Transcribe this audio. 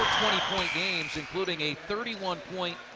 twenty point games, including a thirty one point,